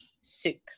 soup